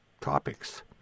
topics